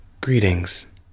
Greetings